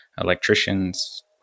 electricians